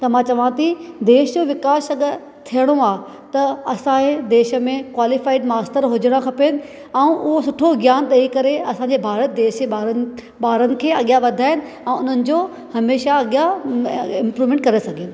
त मां चवां थी देश विकास अगरि थियणो आहे त असांजे देश में क्वालिफाइड मास्टर हुजणु खपनि ऐं उहो सुठो ज्ञान ॾेई करे असांजे भारत देश जे ॿारनि ॿारनि खे अॻियां वधाइनि ऐं हुननि जो हमेशह अॻियां इम्प्रूवमेंट करे सघे